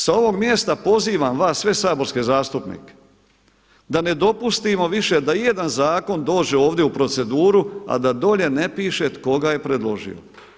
Sa ovog mjesta pozivam vas sve saborske zastupnike da ne dopustimo više da i jedan zakon dođe ovdje u proceduru, a da dolje ne piše tko ga je predložio.